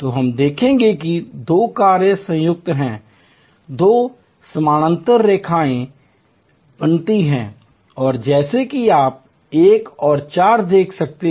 तो हम देखते हैं कि दो कार्य संयुक्त हैं दो समानांतर रेखाएं बनती हैं और जैसा कि आप 1 और 4 देख सकते हैं